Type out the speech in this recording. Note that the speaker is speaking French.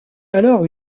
alors